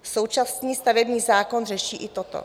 Současný stavební zákon řeší i toto.